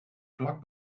vlak